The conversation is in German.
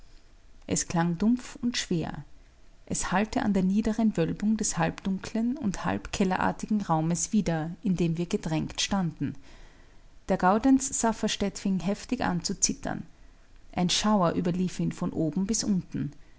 es klang dumpf und schwer es hallte an der niederen wölbung des halbdunklen und halb kellerartigen raumes wider in dem wir gedrängt standen der gaudenz safferstätt fing heftig an zu zittern ein schauer überlief ihn von oben bis unten